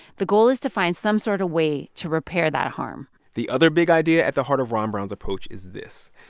the goal is to find some sort of way to repair that harm the other big idea at the heart of ron brown's approach is this.